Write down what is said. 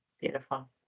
Beautiful